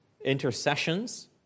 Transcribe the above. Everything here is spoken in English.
intercessions